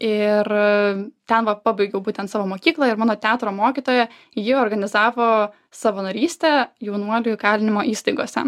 ir ten vat pabaigiau būtent savo mokyklą ir mano teatro mokytoja ji organizavo savanorystę jaunuolių įkalinimo įstaigose